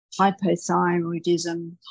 hypothyroidism